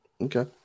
Okay